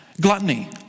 gluttony